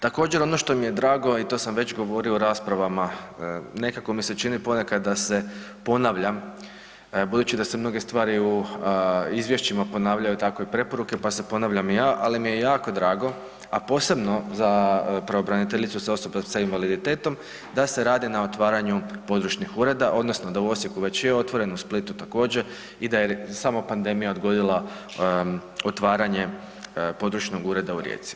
Također ono što mi je drago i to sam već govorio u raspravama, nekako mi se čini ponekad da se ponavljam, buduće da se mnogi stvari u izvješćima ponavljaju tako i preporuke, pa se ponavljam i ja, ali mi je jako drago, a posebno za pravobraniteljicu za osobe s invaliditetom da se radi na otvaranju područnih ureda odnosno da u Osijeku već je otvoren u Splitu također i da je samo pandemija odgodila otvaranje područnog ureda u Rijeci.